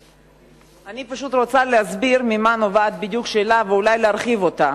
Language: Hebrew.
אני פשוט רוצה להסביר ממה נובעת השאלה ואולי להרחיב אותה: